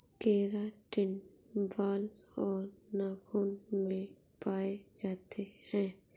keratin बाल और नाखून में पाए जाते हैं